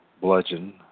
bludgeon